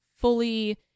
fully